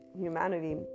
Humanity